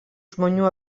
žmonių